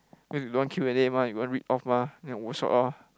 cause you don't want Q and A mah you don't want read off mah then overshot loh